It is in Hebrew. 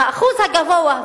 האחוז הגבוה,